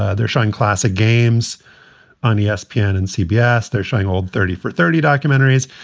ah they're showing classic games on yeah espn and cbs. they're showing all thirty for thirty documentaries.